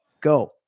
Go